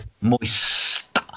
Moist